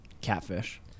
Catfish